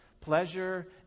pleasure